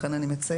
לכן אני מציינת,